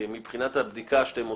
מבחינת הבדיקה שאתם עושים,